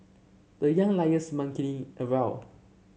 the Young Lions monkeying around